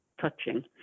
touching